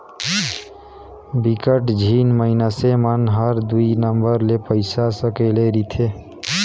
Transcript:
बिकट झिन मइनसे मन हर दुई नंबर ले पइसा सकेले रिथे